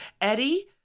Eddie